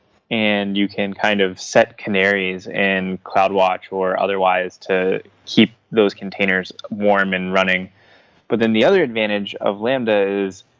and you can kind of set canaries and cloud walk or otherwise to keep those containers warm and running but then the other advantage of lambda is,